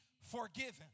forgiven